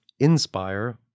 inspire